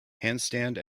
handstand